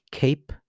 cape